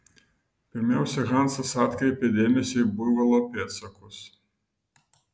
pirmiausia hansas atkreipė dėmesį į buivolo pėdsakus